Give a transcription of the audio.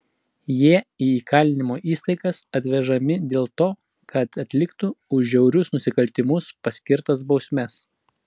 jie į įkalinimo įstaigas atvežami dėl to kad atliktų už žiaurius nusikaltimus paskirtas bausmes